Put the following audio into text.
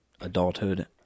adulthood